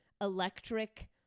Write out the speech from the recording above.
electric